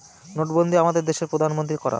নোটবন্ধী আমাদের দেশের প্রধানমন্ত্রী করান